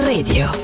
Radio